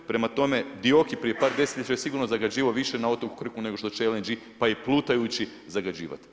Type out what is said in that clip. Prema tome, Dioki prije par desetljeća je sigurno zagađivao više na otoku Krku nego što će LNG pa i plutajući zagađivati.